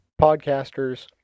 podcasters